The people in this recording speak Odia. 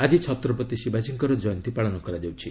ଆକି ଛତ୍ରପତି ଶିବାଜୀଙ୍କର କୟନ୍ତୀ ପାଳନ କରାଯାଉଛି